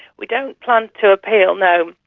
we don't plan to appeal, no,